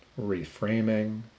reframing